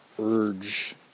urge